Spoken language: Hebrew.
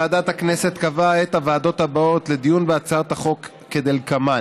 ועדת הכנסת קבעה את הוועדות הבאות לדיון בהצעות החוק כדלקמן: